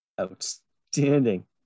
outstanding